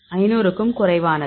500 க்கும் குறைவானது